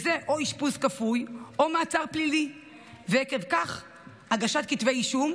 וזה או אשפוז כפוי או מעצר פלילי ועקב כך הגשת כתבי אישום,